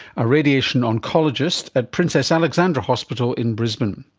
a radiation oncologist at princess alexandra hospital in brisbane.